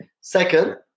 Second